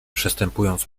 przestępując